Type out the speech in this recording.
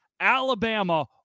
Alabama